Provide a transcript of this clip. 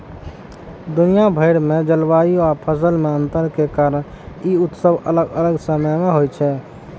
दुनिया भरि मे जलवायु आ फसल मे अंतर के कारण ई उत्सव अलग अलग समय मे होइ छै